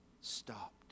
stopped